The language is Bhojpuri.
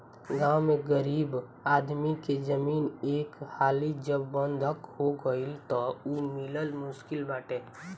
गांव में गरीब आदमी के जमीन एक हाली जब बंधक हो गईल तअ उ मिलल मुश्किल बाटे